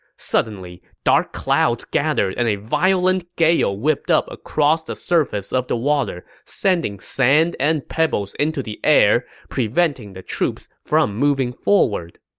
suddenly, dark clouds gathered and a violent gale whipped up across the surface of the water, sending sand and pebbles into the air, preventing the troops from moving forward.